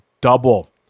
double